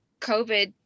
COVID